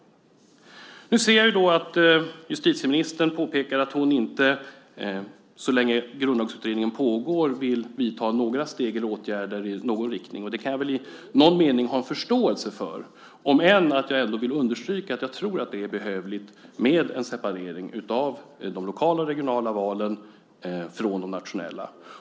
Nu ser jag att justitieministern påpekar att hon inte så länge Grundlagsutredningen pågår vill vidta några steg eller åtgärder i någon riktning. Det kan jag väl i någon mening ha en förståelse för. Jag vill ändå understryka att jag tror att det är behövligt med en separering av de lokala och regionala valen från de nationella.